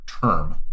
term